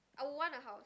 I would want a house